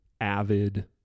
avid